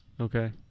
Okay